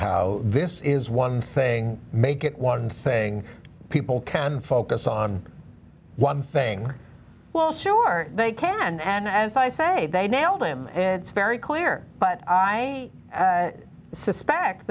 how this is one thing make it one thing people can focus on one thing well sure they can and as i say they nailed him it's very clear but i suspect